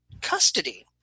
custody